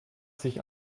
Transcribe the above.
sich